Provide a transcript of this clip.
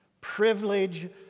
Privilege